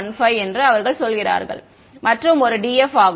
15 என்று அவர்கள் சொல்கிறார்கள் மற்றும் ஒரு df ஆகும்